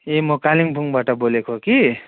ए म कालिम्पोङबाट बोलेको कि